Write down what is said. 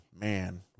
man